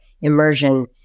immersion